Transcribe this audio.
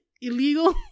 illegal